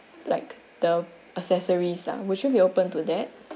like the accessories lah would you be open to that